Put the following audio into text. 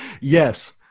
Yes